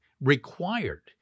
required